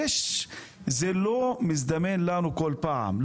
זה לא מזדמן לנו כל פעם,